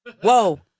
Whoa